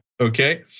Okay